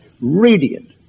radiant